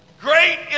Great